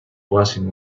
blessing